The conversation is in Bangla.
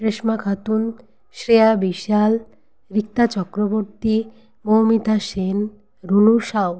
রেশমা খাতুন শ্রেয়া বিশাল রিক্তা চক্রবর্তী মৌমিতা সেন রুনু সাউ